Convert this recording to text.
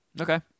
Okay